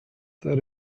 that